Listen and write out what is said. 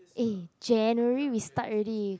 eh January we start already